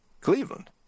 Cleveland